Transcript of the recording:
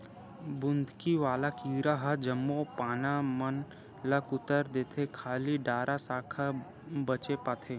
बुंदकी वाला कीरा ह जम्मो पाना मन ल कुतर देथे खाली डारा साखा बचे पाथे